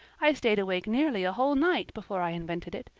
i stayed awake nearly a whole night before i invented it.